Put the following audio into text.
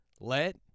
Let